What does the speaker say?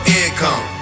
income